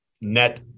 net